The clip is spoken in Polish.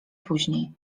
później